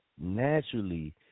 naturally